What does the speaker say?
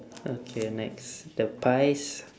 okay next the pies